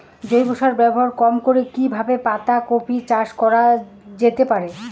জৈব সার ব্যবহার কম করে কি কিভাবে পাতা কপি চাষ করা যেতে পারে?